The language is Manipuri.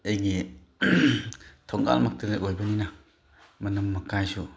ꯑꯩꯒꯤ ꯊꯣꯡꯒꯥꯟ ꯃꯛꯇꯗ ꯑꯣꯏꯕꯅꯤꯅ ꯃꯅꯝ ꯃꯀꯥꯏꯁꯨ